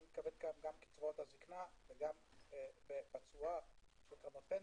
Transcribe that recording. אני מתכוון גם קצבאות הזקנה וגם בתשואה של הפנסיה,